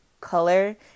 color